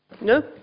No